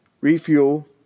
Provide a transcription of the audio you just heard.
refuel